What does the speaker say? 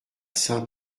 saint